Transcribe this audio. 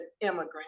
immigrant